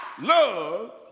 love